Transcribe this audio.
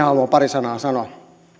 haluan pari sanaa sanoa